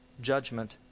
judgment